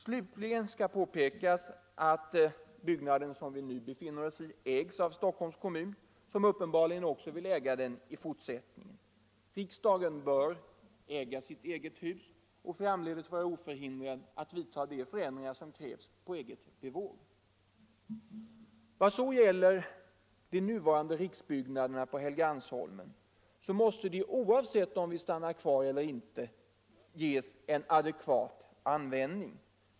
Slutligen skall påpekas att den byggnad som vi nu befinner oss i ägs av Stockholms kommun, som uppenbarligen också vill äga den i fortsättningen. Riksdagen bör äga sitt eget hus och framdeles vara oförhindrad att på eget bevåg vidta de förändringar som krävs. Vad så gäller de nuvarande riksbyggnaderna på Helgeandsholmen måste de, oavsett om vi stannar kvar eller inte, ges en adekvat användning.